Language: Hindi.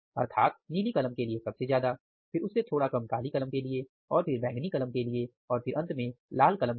अर्थात नीली कलम के लिए सबसे ज्यादा फिर उससे थोड़ा कम काली कलम के लिए और फिर बैंगनी कलम के लिए और फिर अंत में लाल कलम के लिए